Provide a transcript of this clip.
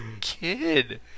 kid